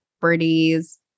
properties